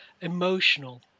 emotional